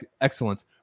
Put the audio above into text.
excellence